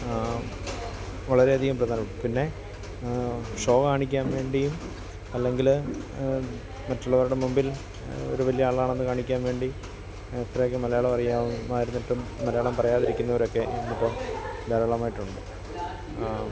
വളരെ അധികം പ്രധാനം പിന്നെ ഷോ കാണിക്കാൻ വേണ്ടിയും അല്ലെങ്കിൽ മറ്റുള്ളവരുടെ മുമ്പിൽ ഒരു വലിയ ആളാണെന്ന് കാണിക്കാൻ വേണ്ടി എത്രയൊക്കെ മലയാളമറിയാം ആയിരുന്നിട്ടും മലയാളം പറയാതിരിക്കുന്നവരൊക്കെ ഇന്നിപ്പോൾ ധാരാളമായിട്ടുണ്ട്